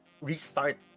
restart